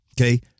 Okay